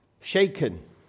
shaken